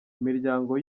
imiryango